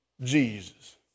Jesus